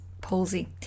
palsy